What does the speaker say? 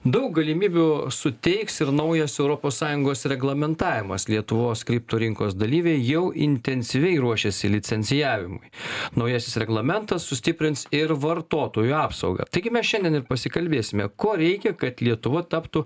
daug galimybių suteiks ir naujas europos sąjungos reglamentavimas lietuvos kriptų rinkos dalyviai jau intensyviai ruošiasi licencijavimui naujasis reglamentas sustiprins ir vartotojų apsaugą taigi mes šiandien ir pasikalbėsime ko reikia kad lietuva taptų